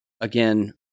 Again